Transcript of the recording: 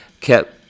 kept